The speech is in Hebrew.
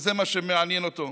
וזה מה שמעניין אותו.